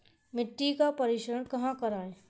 मिट्टी का परीक्षण कहाँ करवाएँ?